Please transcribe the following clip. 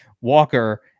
Walker